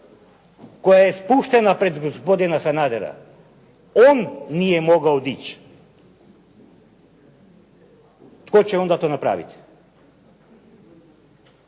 koja je spuštena pred gospodina Sanadera on nije mogao dići, tko će onda to napraviti?